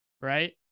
Right